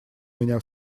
меня